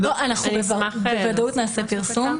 בוודאות נעשה פרסום.